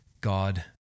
God